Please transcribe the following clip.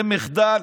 זה מחדל.